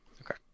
Okay